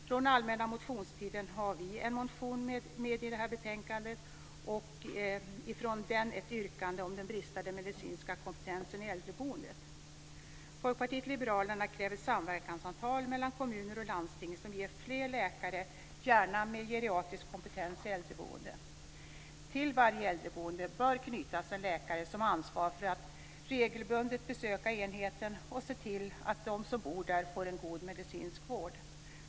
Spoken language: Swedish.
Vi har i det här betänkandet med en motion från allmänna motionstiden, där vi har ett yrkande om den bristande medicinska kompetensen i äldreboenden. Folkpartiet liberalerna kräver samverkansavtal mellan kommuner och landsting som ger fler läkare, gärna med geriatrisk kompetens, i äldreboendet. Till varje äldreboende bör knytas en läkare som har ansvar för att regelbundet besöka enheten och se till att de som bor där får en god medicinsk vård.